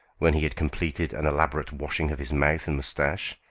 when he had completed an elaborate washing of his mouth and moustache.